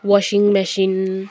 washing machine